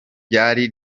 ryari